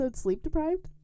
sleep-deprived